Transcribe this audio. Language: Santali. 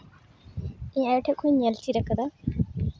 ᱤᱧ ᱟᱭᱚ ᱴᱷᱮᱱ ᱡᱷᱚᱱᱤᱧ ᱧᱮᱞ ᱪᱮᱫ ᱟᱠᱟᱫᱟ